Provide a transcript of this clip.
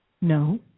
No